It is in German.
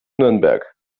nürnberg